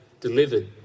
delivered